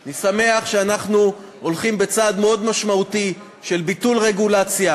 אני שמח שאנחנו הולכים בצעד מאוד משמעותי של ביטול רגולציה,